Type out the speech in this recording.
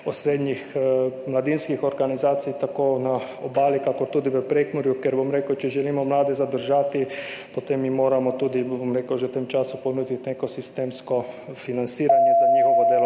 osrednjih mladinskih organizacij tako na Obali kakor tudi v Prekmurju. Ker če želimo mlade zadržati, potem jim moramo tudi že v tem času ponuditi neko sistemsko financiranje za njihovo delo